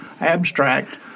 abstract